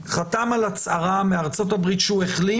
חתם על הצהרה מארצות-הברית שהוא החלים